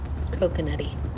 coconutty